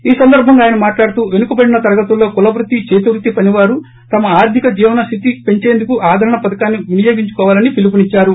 ఈ సందర్భంగా ఆయన మాట్లాడుతూ పెనుకబడిన తరగతుల్లో కులవృత్తి చేతివృత్తి పనివారు తమ ఆర్గిక జీవన స్లితిపంచేందుకు ఆదరణ పథకాన్ని వినియోగించుకోవాలని పిలుపునిద్చారు